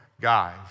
guys